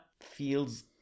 feels